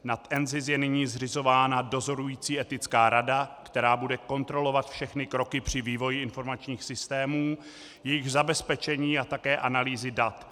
Nad NZIS je nyní zřizována dozorující etická rada, která bude kontrolovat všechny kroky při vývoji informačních systémů, jejich zabezpečení a také analýzy dat.